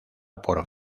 por